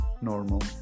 normal